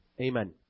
Amen